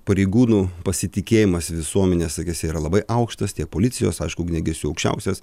pareigūnų pasitikėjimas visuomenės akyse yra labai aukštas tiek policijos aišku ugniagesių aukščiausias